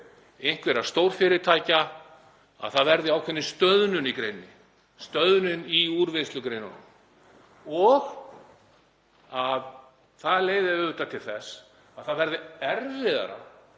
einhverra stórfyrirtækja þá verði ákveðin stöðnun í greininni, stöðnun í úrvinnslugreinunum og að það leiði auðvitað til þess að það verði erfiðara